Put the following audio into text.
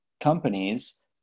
companies